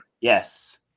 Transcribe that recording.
Yes